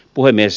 puhemies